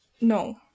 No